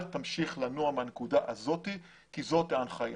אל תמשיך לנוע מהנקודה הזאת כי זאת ההנחיה?